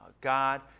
God